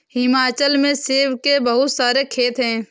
हिमाचल में सेब के बहुत सारे खेत हैं